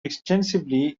extensively